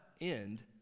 end